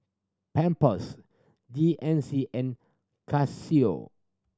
Pampers G N C and Casio